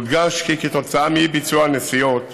יודגש כי כתוצאה מאי-ביצוע הנסיעות